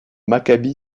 maccabi